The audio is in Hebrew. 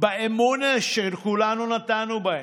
באמון שכולנו נתנו בהם.